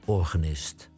organist